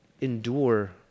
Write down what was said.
endure